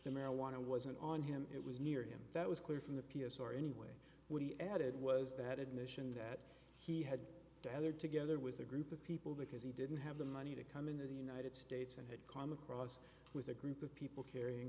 the marijuana wasn't on him it was near him that was clear from the p s r anyway when he added was that admission that he had the other together with a group of people because he didn't have the money to come into the united states and had com across with a group of people carrying